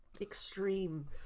extreme